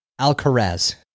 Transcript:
Alcaraz